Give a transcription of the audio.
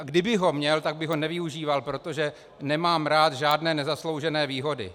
Kdybych ho měl, tak bych ho nevyužíval, protože nemám rád žádné nezasloužené výhody.